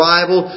Bible